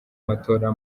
matora